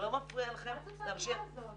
מה זאת האמירה הזאת?